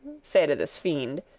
saide this fiend.